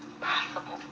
possible